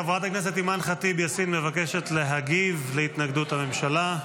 חברת הכנסת אימאן ח'טיב יאסין מבקשת להגיב להתנגדות הממשלה.